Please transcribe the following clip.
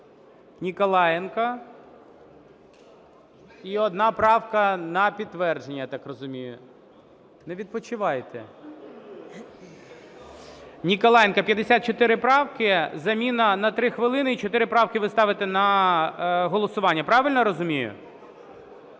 Ніколаєнко і одна правка на підтвердження, я так розумію. Не відпочивайте. Ніколаєнко, 54 правки – заміна на 3 хвилини, і чотири правки ви ставите на голосування. Правильно я розумію?